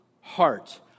heart